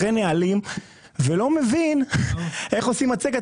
אחרי נהלים ולא מבין איך עושים מצגת